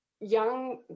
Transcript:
young